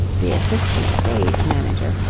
the assistant stage manager,